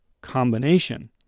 combination